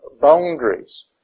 boundaries